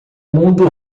mundo